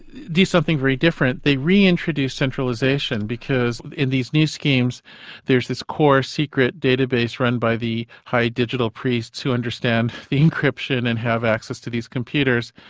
something very different. they reintroduce centralisation, because in these new schemes there's this core secret database run by the high digital priests who understand the encryption and have access to these computers.